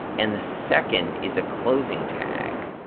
and the second is a closing tag